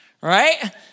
Right